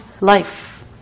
life